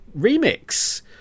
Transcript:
remix